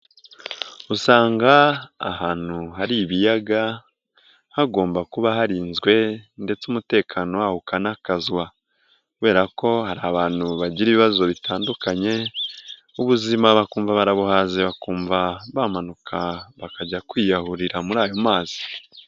Usanga ahantu hari ibiyaga hagomba kuba harinzwe ndetse umutekano waho ukanakazwa, kubera ko hari abantu bagira ibibazo bitandukanye ubuzima bakumva barabuhaze bakumva bamanuka bakajya kwiyahurira muri ayo mazi.